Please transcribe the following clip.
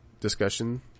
discussion